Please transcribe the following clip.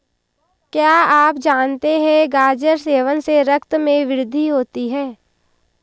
क्या आप जानते है गाजर सेवन से रक्त में वृद्धि होती है?